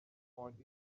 find